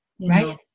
Right